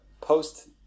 post